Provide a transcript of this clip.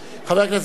חבר הכנסת ברכה,